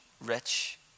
rich